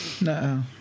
No